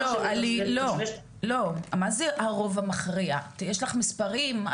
מה זה הרוב המכריע, יש לך מספרים?